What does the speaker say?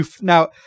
Now